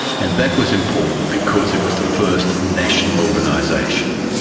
and that was important because it was the first national organisation.